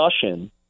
discussion